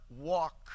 walk